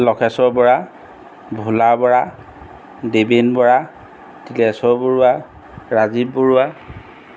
Lakheswar Bora Bhola Bora Deben Bora Tileswar Baruah Rajiv Barua